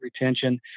retention